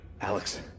Alex